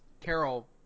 Carol